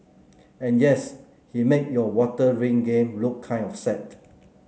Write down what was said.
and yes he made your water ring game look kind of sad